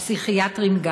גם הפסיכיאטריים,